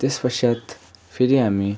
त्यसपश्चात फेरि हामी